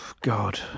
God